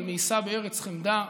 על מאיסה בארץ חמדה,